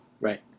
Right